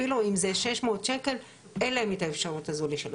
אפילו אם זהה 600 שקלים אין להם את האפשרות לשלם.